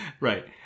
Right